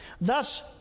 Thus